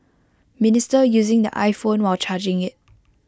minister using the iPhone while charging IT